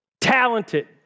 Talented